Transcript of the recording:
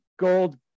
Gold